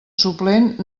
suplent